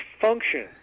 function